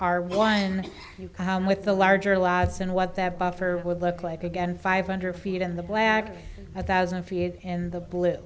our one with the larger lots and what that buffer would look like again five hundred feet in the black a thousand feet in the blue